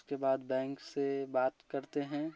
उसके बाद बैंक से बात करते हैं